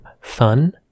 fun